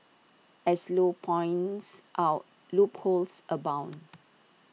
as low points out loopholes abound